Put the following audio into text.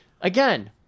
again